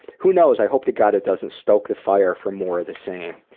who knows, i hope to god it doesn't stoke the fire for more of the same.